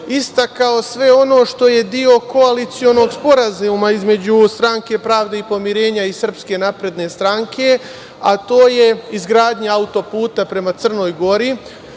istakao sve ono što je deo koalicionog sporazuma između Stranke pravde i pomirenja i Srpske napredne stranke, a to je izgradnja autoputa prema Crnoj Gori,